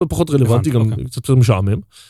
הוא פחות רלוונטי, גם קצת יותר משעמם.